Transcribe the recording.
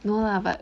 no lah but